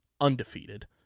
undefeated